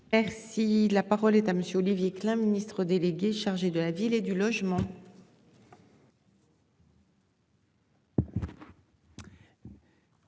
Merci la parole est à monsieur Olivier Klein, Ministre délégué chargé de la ville et du logement.